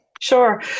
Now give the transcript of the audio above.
Sure